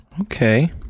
Okay